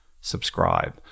subscribe